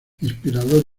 inspirador